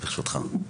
ברשותך.